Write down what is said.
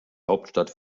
hauptstadt